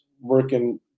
working